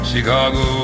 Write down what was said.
Chicago